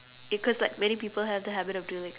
because like many people have the habit of being like